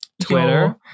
twitter